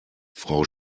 frau